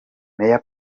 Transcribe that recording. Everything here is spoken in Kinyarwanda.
mayor